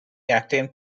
attempt